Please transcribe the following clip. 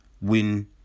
win